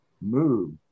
move